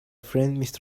friend